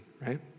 right